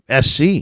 SC